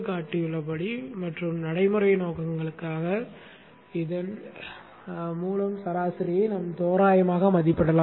காட்டப்பட்டுள்ளபடி மற்றும் நடைமுறை நோக்கங்களுக்காக இதன் மூலம் சராசரியை நாம் தோராயமாக மதிப்பிடலாம்